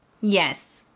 yes